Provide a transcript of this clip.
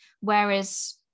whereas